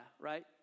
right